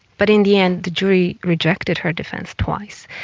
but in the end the jury rejected her defence, twice,